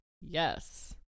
Yes